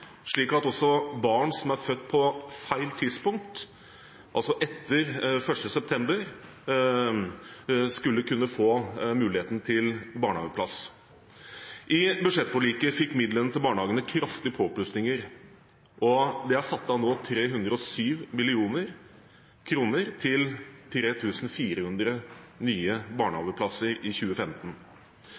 slik at også barn som er født på «feil» tidspunkt, altså etter 1. september, skulle kunne få muligheten til barnehageplass. I budsjettforliket ble det kraftige påplussinger i midlene til barnehagene, og det er nå satt av 307 mill. kr til 3 400 nye barnehageplasser i 2015.